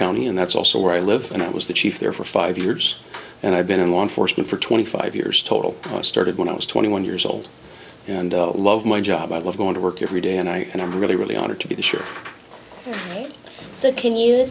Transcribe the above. county and that's also where i live and i was the chief there for five years and i've been in law enforcement for twenty five years total started when i was twenty one years old and love my job i love going to work every day and i and i'm really really honored to be sure so can y